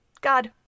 God